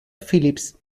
phillips